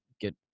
get